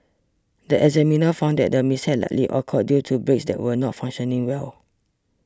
the examiner found that the mishap likely occurred due to brakes that were not functioning well